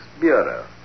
bureau